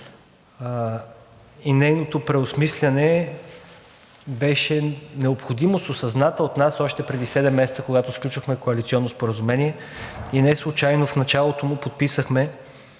и нейното преосмисляне беше необходимост, осъзната от нас още преди седем месеца, когато сключвахме коалиционно споразумение. Неслучайно в началото му подписахме,